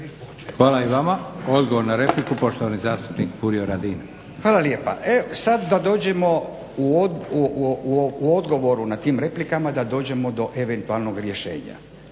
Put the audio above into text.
Hvala i vama. Odgovor na repliku, poštovani zastupnik Furio Radin. **Radin, Furio (Nezavisni)** Hvala lijepa. E sad da dođemo u odgovoru na tim replikama da dođemo do eventualnog rješenja.